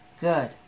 good